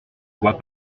soit